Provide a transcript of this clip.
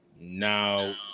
now